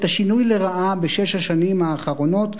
את השינוי לרעה בשש השנים האחרונות,